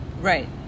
Right